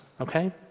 Okay